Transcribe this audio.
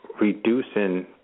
reducing